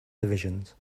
divisions